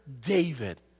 David